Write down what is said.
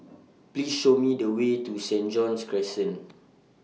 Please Show Me The Way to Saint John's Crescent